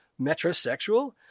Metrosexual